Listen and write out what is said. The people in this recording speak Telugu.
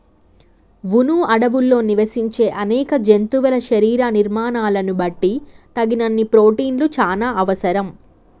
వును అడవుల్లో నివసించే అనేక జంతువుల శరీర నిర్మాణాలను బట్టి తగినన్ని ప్రోటిన్లు చానా అవసరం